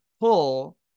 pull